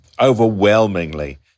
Overwhelmingly